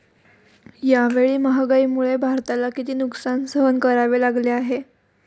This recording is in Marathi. यावेळी महागाईमुळे भारताला किती नुकसान सहन करावे लागले आहे?